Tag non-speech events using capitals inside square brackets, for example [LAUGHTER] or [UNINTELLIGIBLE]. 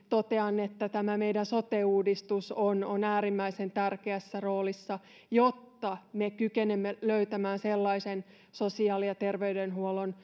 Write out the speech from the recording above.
totean että senkin osalta tämä meidän sote uudistus on on äärimmäisen tärkeässä roolissa jotta me kykenemme löytämään sellaisen sosiaali ja terveydenhuollon [UNINTELLIGIBLE]